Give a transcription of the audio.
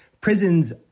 Prisons